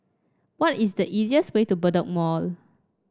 what is the easiest way to Bedok Mall